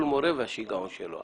כל מורה והשיגעון שלו.